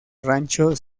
rancho